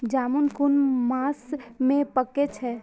जामून कुन मास में पाके छै?